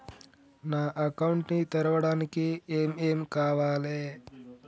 నా అకౌంట్ ని తెరవడానికి ఏం ఏం కావాలే?